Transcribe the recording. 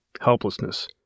helplessness